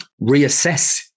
reassess